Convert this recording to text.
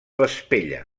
vespella